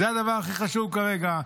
זה הדבר הכי חשוב כרגע,